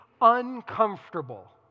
uncomfortable